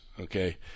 Okay